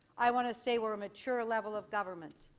i want to say we are a mature level of government.